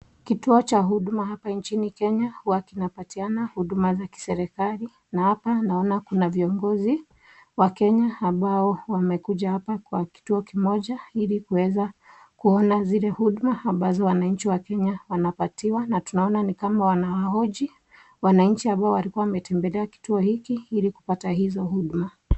Kituo cha Huduma hapa nchini Kenya huwa kinapatiana huduma za kiserikali na hapa naona kuna viongozi wa Kenya ambao wamekuja hapa kwa kituo kimoja ili kuweza kuona zile huduma ambazo wananchi wakenya wanapatiwa na tunaona ni kama wanawahoji wananchi ambao walikuwa wametembelea kituo hiki ili kupata hizo huduma.